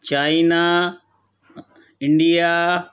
China India